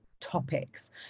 topics